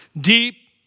Deep